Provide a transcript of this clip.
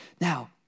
Now